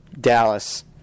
Dallas